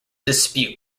dispute